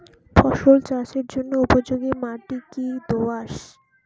ফসল চাষের জন্য উপযোগি মাটি কী দোআঁশ?